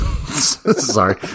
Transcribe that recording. Sorry